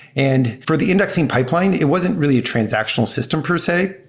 and for the indexing pipeline, it wasn't really a transactional system per se.